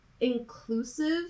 inclusive